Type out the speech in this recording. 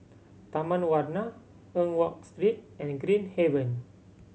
Taman Warna Eng Watt Street and Green Haven